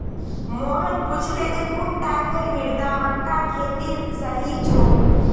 मोहन पूछले जे कुन टाइपेर मृदा मक्कार खेतीर सही छोक?